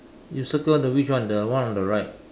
you circle the which one the one on the right